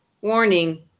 Warning